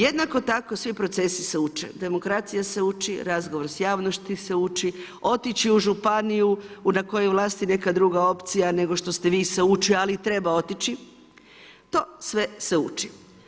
Jednako tako svi procesi se uče, demokracija se uli, razgovor sa javnosti se uči, otići u županiju na kojoj je u vlasti neka druga opcija, nego što ste vi se učili, ali treba otići, to sve se uči.